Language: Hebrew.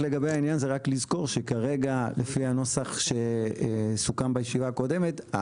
לגבי העניין הזה רק לזכור שכרגע לפי הנוסח שסוכם בישיבה הקודמת,